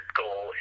goal